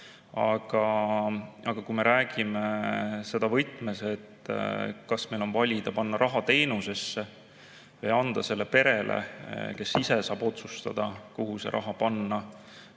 Aga kui me räägime seda võtmes, et kas meil on valida, panna raha teenusesse või anda see perele, kes ise saab otsustada, kuhu see raha panna,